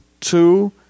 Two